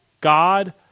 God